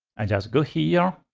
i just go here,